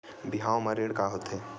बिहाव म ऋण का होथे?